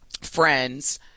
friends